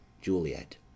Juliet